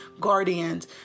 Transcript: guardians